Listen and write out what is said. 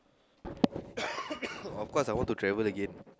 of course I want to travel again